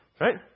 Right